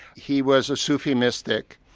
he was a sufi mystic,